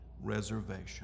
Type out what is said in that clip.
reservation